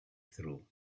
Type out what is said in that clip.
through